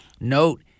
Note